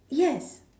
yes